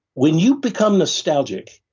when you become nostalgic,